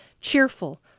cheerful